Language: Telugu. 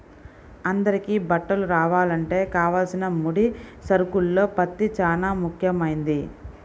అందరికీ బట్టలు రావాలంటే కావలసిన ముడి సరుకుల్లో పత్తి చానా ముఖ్యమైంది